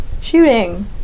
shooting